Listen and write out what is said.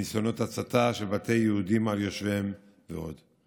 ניסיונות הצתה של בתי יהודים על יושביהם ועוד.